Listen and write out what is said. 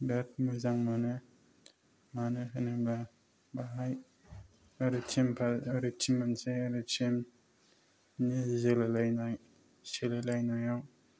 बिराद मोजां मोनो मानो होनोबा बेहाय ओरै टिम मोनसे ओरै टिम नो जोलायलायनाय सोलायलायनायाव